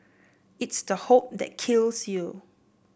it's the hope that kills you